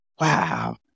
wow